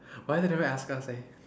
why they never ask us eh